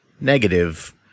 negative